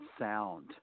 sound